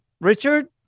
Richard